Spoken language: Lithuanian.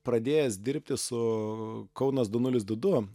pradėjęs dirbti su kaunas du nulis du du